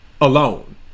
alone